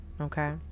okay